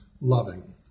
loving